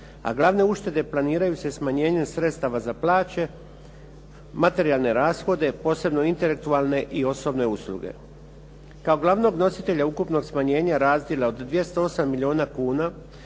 a glavne uštede planiraju se smanjenjem sredstva za plaće, materijalne rashode, posebno intelektualne i osobne usluge. Kao glavnog nositelja ukupnog smanjena razdjela od 208 milijuna kuna,